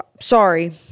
sorry